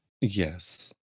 yes